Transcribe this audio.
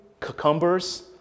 cucumbers